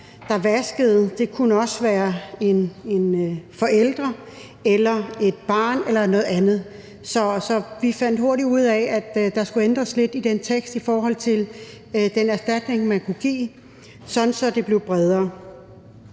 der vaskede; det kunne også være en forælder eller et barn eller noget andet. Så vi fandt hurtigt ud af, at der skulle ændres lidt i den tekst i forhold til den erstatning, man kunne give, sådan at det blev bredere.